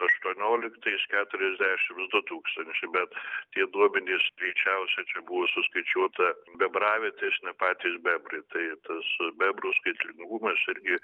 aštuonioliktais keturiasdešims du tūkstančiai bet tie duomenys greičiausia čia buvo suskaičiuota bebravietės ne patys bebrai tai tas bebrų skaitlingumas irgi